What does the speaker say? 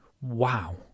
Wow